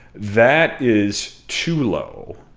that is too low.